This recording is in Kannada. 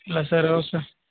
ಇಲ್ಲ ಸರ್ ಹೌದು ಸರ್